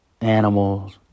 animals